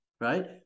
right